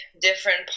different